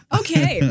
okay